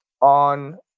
on